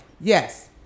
Yes